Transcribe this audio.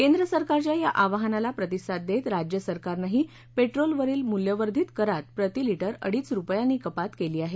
केंद्रसरकारच्या या आवाहनाला प्रतिसाद देत राज्य सरकानंही पेट्रोल मूल्यवर्धित करात प्रतिलीटर अडीच रुपयांनी कपात केली आहे